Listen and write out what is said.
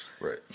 Right